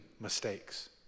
mistakes